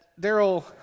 Daryl